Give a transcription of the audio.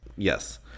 Yes